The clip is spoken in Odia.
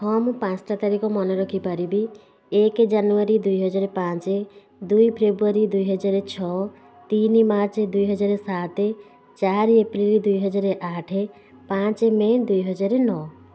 ହଁ ମୁଁ ପାଞ୍ଚଟା ତାରିଖ ମନେରଖି ପାରିବି ଏକ ଜାନୁଆରୀ ଦୁଇ ହଜାର ପାଞ୍ଚ ଦୁଇ ଫେବୃଆରୀ ଦୁଇ ହଜାର ଛଅ ତିନି ମାର୍ଚ୍ଚ ଦୁଇ ହଜାର ସାତ ଚାରି ଏପ୍ରିଲ ଦୁଇ ହଜାର ଆଠ ପାଞ୍ଚ ମେ ଦୁଇ ହଜାର ନଅ